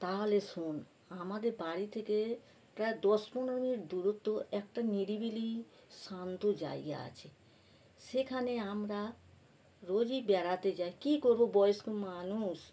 তাহলে শোন আমাদের বাড়ি থেকে প্রায় দশ পনেরো মিনিট দূরত্ব একটা নিরিবিলি শান্ত জায়গা আছে সেখানে আমরা রোজই বেড়াতে যাই কী করবো বয়স্ক মানুষ